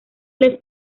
les